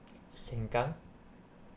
seng kang